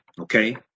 okay